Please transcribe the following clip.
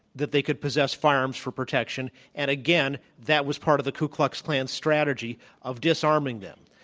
that they could possess firearms for protection. and again, that was part of the ku klux klan's strategy of disarming them.